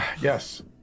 Yes